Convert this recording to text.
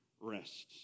rests